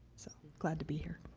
so, glad to be here.